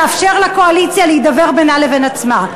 לאפשר לקואליציה להידבר בינה לבין עצמה.